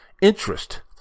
interest